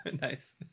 Nice